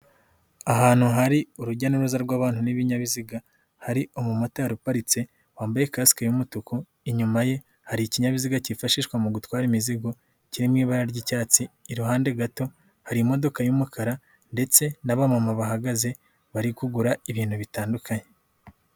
Ahantu hari urujya n'uruza rw'abantu n'ibinyabiziga, hari umumotari uparitse wambaye kasike y'umutuku, inyuma ye hari ikinyabiziga kifashishwa mu gutwara imizigo kiri mu ibara ry'icyatsi, iruhande gato harimo y'umukara ndetse n'abamama bahagaze bari kugura ibintu bitandukanye.